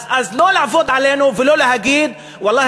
אז לא לעבוד עלינו ולא להגיד: ואללה,